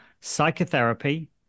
psychotherapy